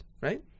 right